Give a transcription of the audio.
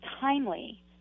timely